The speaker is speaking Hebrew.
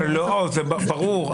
זה ברור,